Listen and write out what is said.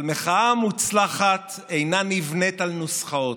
אבל מחאה מוצלחת אינה נבנית על נוסחאות.